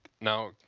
now